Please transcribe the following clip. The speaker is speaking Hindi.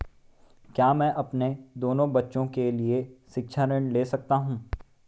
क्या मैं अपने दोनों बच्चों के लिए शिक्षा ऋण ले सकता हूँ?